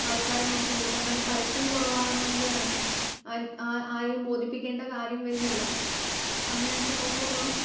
ആൾക്കാരെ നോക്കുന്നില്ല ഇപ്പോള് പിന്നെ പരസ്യം കുറവാകുന്നത് കൊണ്ട് തന്നെ ആരെയും ബോധിപ്പിക്കേണ്ട കാര്യം വരുന്നില്ല അങ്ങനെയൊക്കെ നോക്കുമ്പോള്